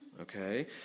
Okay